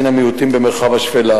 כקצין מיעוטים במרחב השפלה.